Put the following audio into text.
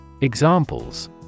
Examples